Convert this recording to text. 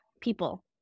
people